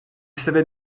savait